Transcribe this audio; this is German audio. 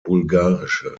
bulgarische